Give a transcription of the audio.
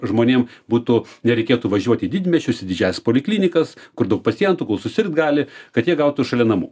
žmonėm būtų nereikėtų važiuoti į didmiesčius į didžiąsias poliklinikas kur daug pacientų susirgt gali kad jie gautų šalia namų